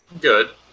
good